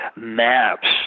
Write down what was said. maps